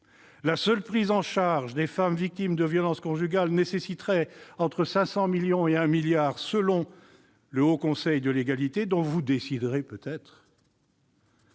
La seule prise en charge des femmes victimes de violences conjugales nécessiterait entre 500 millions et 1 milliard d'euros, selon le Haut Conseil à l'égalité, dont vous déciderez peut-être